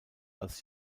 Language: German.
als